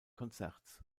konzerts